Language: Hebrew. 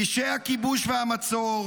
פשעי הכיבוש והמצור,